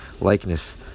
likeness